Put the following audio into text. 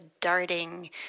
darting